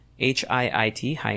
HIIT